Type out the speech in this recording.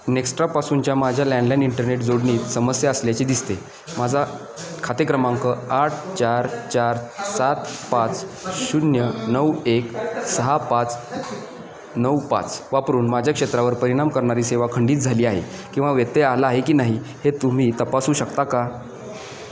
नेक्स्ट्रापासूनच्या माझ्या landline internet जोडणीत समस्या असल्याचे दिसते माझा खाते क्रमांक आठ चार चार सात पाच शून्य नऊ एक सहा पाच नऊ पाच वापरून माझ्या क्षेत्रावर परिणाम करणारी सेवा खंडित झाली आहे किंवा व्यत्यय आला आहे की नाही हे तुम्ही तपासू शकता का